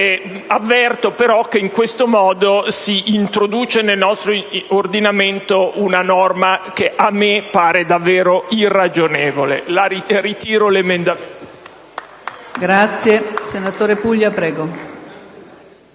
Avverto pero` che in questo modo si introduce nel nostro ordinamento una norma che a me pare davvero irragionevole.